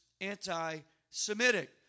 anti-Semitic